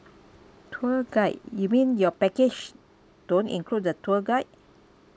tour guide you mean your package don't include the tour guide